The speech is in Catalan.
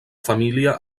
família